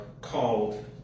called